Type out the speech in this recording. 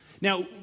Now